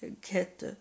get